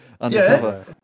Undercover